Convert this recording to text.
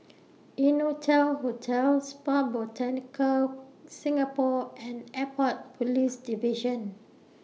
Innotel Hotel Spa Botanica Singapore and Airport Police Division